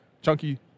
chunky